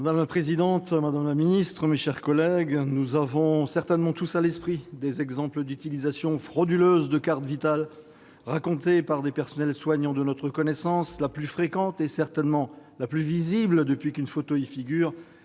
Madame la présidente, madame la secrétaire d'État, mes chers collègues, nous avons certainement tous à l'esprit des exemples d'utilisation frauduleuse de cartes Vitale racontés par des personnels soignants de notre connaissance. La fraude plus fréquente et assurément la plus visible depuis qu'une photo figure